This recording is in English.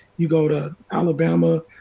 you go to alabama,